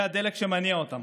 זה הדלק שמניע אותם,